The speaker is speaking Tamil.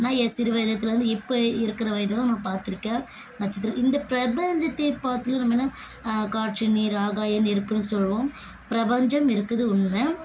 நான் என் சிறுவயதில் இருந்து இப்போ இருக்கிற வயது வரையிலும் நான் பார்த்துருக்கேன் நட்சத்திரம் இந்த பிரபஞ்சத்தை பார்த்திலும் நம்ம என்ன காற்று நீர் ஆகாயம் நெருப்புனு சொல்லுவோம் பிரபஞ்சம் இருக்குது உண்மை